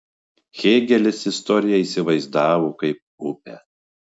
hėgelis istoriją įsivaizdavo kaip upę